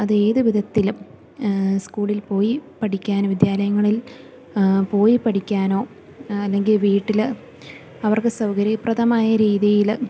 അത് ഏത് വിധത്തിലും സ്കൂളിൽ പോയി പഠിക്കാന് വിദ്യാലയങ്ങളിൽ പോയി പഠിക്കാനോ അല്ലെങ്കിൽ വീട്ടില് അവർക്ക് സൗകര്യപ്രദമായ രീതിയിൽ